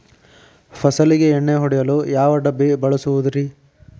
ಫಸಲಿಗೆ ಎಣ್ಣೆ ಹೊಡೆಯಲು ಯಾವ ಡಬ್ಬಿ ಬಳಸುವುದರಿ?